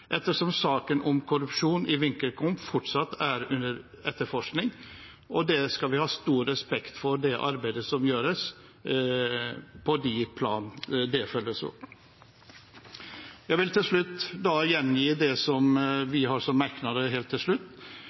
ettersom saken om korrupsjon i VimpelCom fortsatt er under etterforskning. Vi skal ha stor respekt for det arbeidet som gjøres på de plan det følges opp. Jeg vil til slutt gjengi det vi har som merknader i innstillingen helt til slutt: